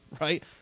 right